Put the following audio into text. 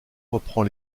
reprend